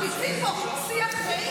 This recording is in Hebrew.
מריצים פה שיח רעים בין ש"ס לאחמד טיבי.